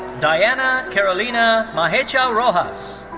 diana carolina mahecha rojas.